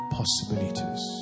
possibilities